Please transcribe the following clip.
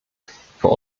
vor